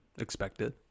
Expected